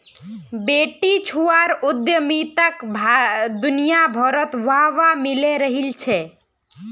बेटीछुआर उद्यमिताक दुनियाभरत वाह वाह मिले रहिल छे